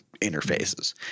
interfaces